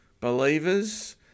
believers